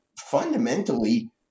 fundamentally